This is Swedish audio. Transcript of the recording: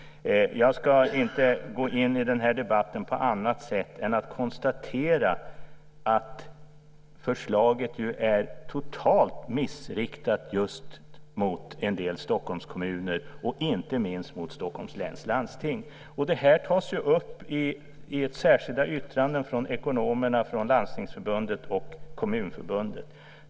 Jag ska inte gå in i den här debatten på annat sätt än att konstatera att förslaget är totalt missriktat just mot en del Stockholmskommuner och inte minst mot Stockholms läns landsting. Det tas upp i särskilda yttranden från ekonomerna från Landstingsförbundet och Kommunförbundet.